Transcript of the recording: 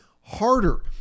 harder